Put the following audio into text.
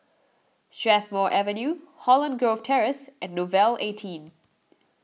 Strathmore Avenue Holland Grove Terrace and Nouvel eighteen